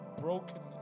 brokenness